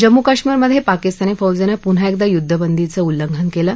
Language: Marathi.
जम्मू काश्मीरमध्य पाकिस्तानी फौजप्त पुन्हा एकदा युद्धबंदीचं उल्लंघन कलि